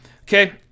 Okay